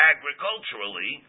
Agriculturally